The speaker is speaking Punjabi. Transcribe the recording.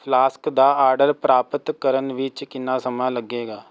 ਫਲਾਸਕ ਦਾ ਆਰਡਰ ਪ੍ਰਾਪਤ ਕਰਨ ਵਿੱਚ ਕਿੰਨਾ ਸਮਾਂ ਲੱਗੇਗਾ